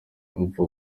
upfa